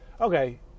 okay